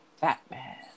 Batman